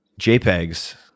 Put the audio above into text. JPEGs